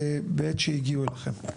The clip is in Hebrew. בעת שהגיעו אליכם?